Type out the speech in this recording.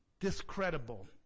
discredible